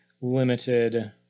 limited